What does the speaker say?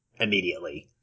immediately